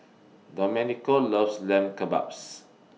Domenico loves Lamb Kebabs